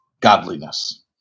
godliness